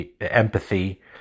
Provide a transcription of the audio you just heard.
empathy